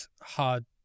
hard